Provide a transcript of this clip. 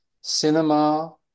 cinema